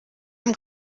him